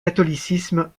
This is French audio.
catholicisme